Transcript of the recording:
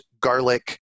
garlic